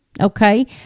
okay